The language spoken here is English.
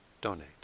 donate